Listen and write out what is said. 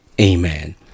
amen